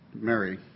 Mary